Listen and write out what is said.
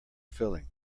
filling